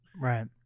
Right